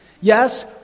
Yes